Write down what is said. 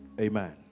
Amen